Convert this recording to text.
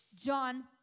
John